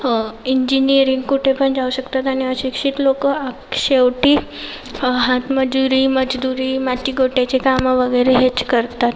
engineering कुठे पण जाऊ शकतात आणि अशिक्षित लोकं शेवटी हात मजुरी मजदूरी माती गोट्याचे काम वगैरे हेच करतात